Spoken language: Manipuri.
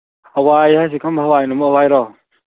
ꯍꯋꯥꯏ ꯍꯥꯏꯁꯦ ꯀꯔꯝꯕ ꯍꯋꯥꯏꯅꯣ ꯃꯨꯛ ꯍꯋꯥꯏꯔꯣ